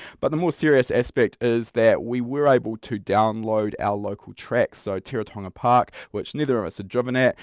but the more serious aspect is that we were able to download our local track, so teretonga park, which neither of us had driven at.